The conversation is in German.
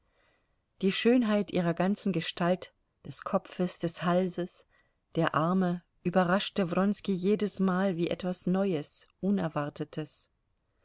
die schönheit ihrer ganzen gestalt des kopfes des halses der arme überraschte wronski jedesmal wie etwas neues unerwartetes